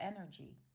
energy